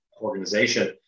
organization